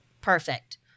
Perfect